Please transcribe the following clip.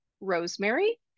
rosemary